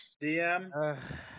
DM